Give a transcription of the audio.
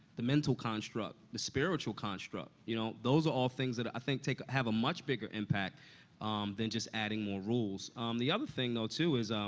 the mental construct, the spiritual construct. you know, those are all things that i think have a much bigger impact than just adding more rules. um the other thing, though, too, is,